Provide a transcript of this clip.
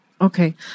Okay